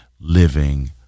living